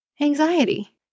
anxiety